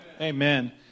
Amen